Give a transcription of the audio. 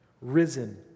risen